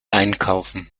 einkaufen